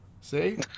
See